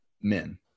men